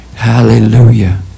Hallelujah